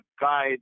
guide